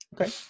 Okay